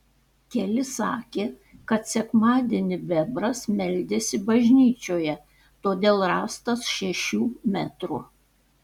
keli sakė kad sekmadienį bebras meldėsi bažnyčioje todėl rąstas šešių metrų